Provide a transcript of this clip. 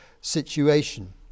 situation